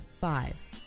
five